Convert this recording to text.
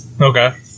Okay